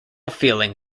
feeling